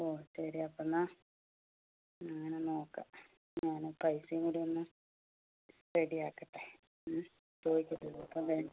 ഓ ശരി അപ്പം എന്നാൽ ഞാൻ നോക്കാം ഞാൻ പൈസയും കൂടിയൊന്നു റെഡിയാക്കട്ടെ ഉം